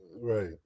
Right